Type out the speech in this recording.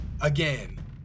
Again